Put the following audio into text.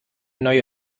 neue